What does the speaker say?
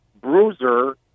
Bruiser